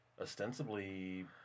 ostensibly